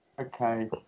Okay